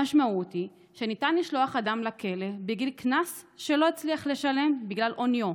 המשמעות היא שניתן לשלוח אדם לכלא בגין קנס שלא הצליח לשלם בגלל עוניו.